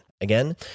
Again